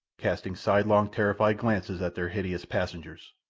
casting sidelong, terrified glances at their hideous passengers.